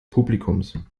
publikums